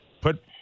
put